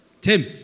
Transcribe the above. Tim